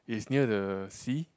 is near the sea